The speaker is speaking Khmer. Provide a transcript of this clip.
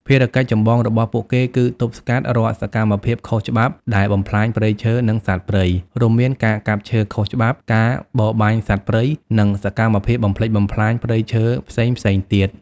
ភារកិច្ចចម្បងរបស់ពួកគេគឺ ទប់ស្កាត់ រាល់សកម្មភាពខុសច្បាប់ដែលបំផ្លាញព្រៃឈើ និងសត្វព្រៃ រួមមាន ការកាប់ឈើខុសច្បាប់ ការបរបាញ់សត្វព្រៃ និងសកម្មភាពបំផ្លិចបំផ្លាញព្រៃឈើផ្សេងៗទៀត។